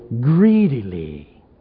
greedily